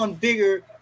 bigger